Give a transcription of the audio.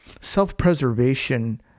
self-preservation